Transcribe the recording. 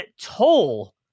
toll